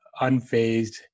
unfazed